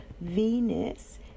venus